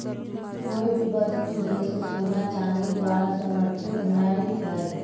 कोय भी वस्तु जैसे सोना चांदी द्वारा समर्थित नय हइ